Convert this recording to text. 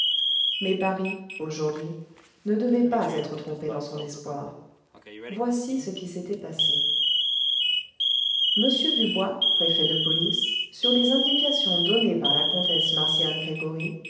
mais paris aujourd'hui ne devait pas être trompé dans son espoir voici ce qui s'était passé m dubois préfet de police sur les indications données par la comtesse marcian gregoryi